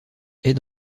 est